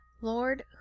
Lord